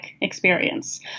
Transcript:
experience